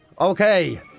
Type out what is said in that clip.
Okay